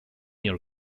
your